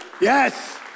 Yes